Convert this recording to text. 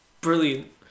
Brilliant